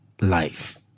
life